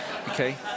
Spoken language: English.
Okay